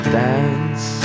dance